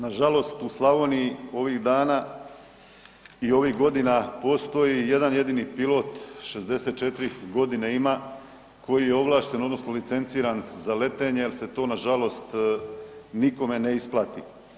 Nažalost u Slavoniji ovih dana i ovih godina postoji jedan jedini pilot, 64 godine ima koji je ovlašten odnosno licenciran za letenje jel se to nažalost nikome ne isplati.